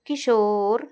Kishore